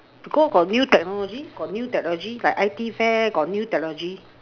because got new technology got new technology like I_T fair got new technology